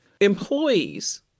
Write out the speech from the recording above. employees